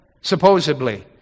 supposedly